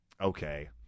Okay